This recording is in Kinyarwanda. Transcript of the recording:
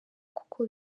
kuko